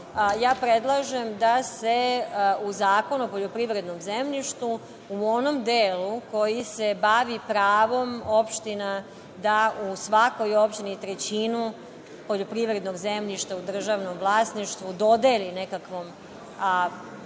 Predlažem da se u Zakon o poljoprivrednom zemljištu u onom delu koji se bavi pravom opština da u svakoj opštini trećinu poljoprivrednog zemljišta u državnom vlasništvu dodeli nekakvom